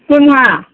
जोंहा